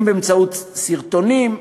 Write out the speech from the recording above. אם באמצעות סרטונים,